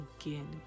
again